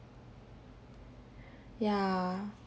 yeah